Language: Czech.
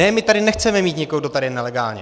Ne, my tady nechceme mít nikoho, kdo je tady nelegálně.